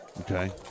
Okay